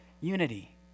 Unity